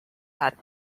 had